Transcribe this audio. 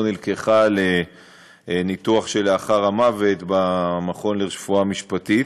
נלקחה לניתוח שלאחר המוות במכון לרפואה משפטית,